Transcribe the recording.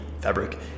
fabric